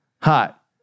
hot